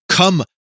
Come